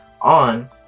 on